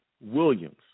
Williams